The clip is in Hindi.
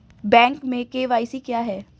बैंक में के.वाई.सी क्या है?